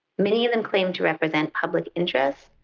many of them claim to represent public interest,